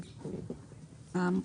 האמור,